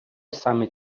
саме